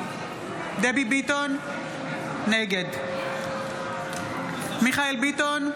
נגד מיכאל מרדכי ביטון,